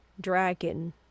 dragon